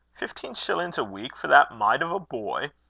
fifteen shillings a week for that mite of a boy!